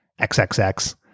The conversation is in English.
XXX